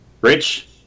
Rich